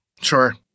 Sure